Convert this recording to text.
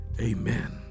amen